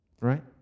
Right